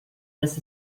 this